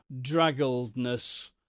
draggledness